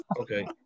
Okay